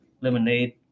lemonade